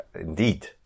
indeed